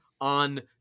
on